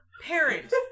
parent